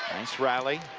nice rally.